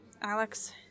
Alex